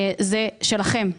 זה שלכם,